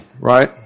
right